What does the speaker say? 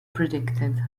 predicted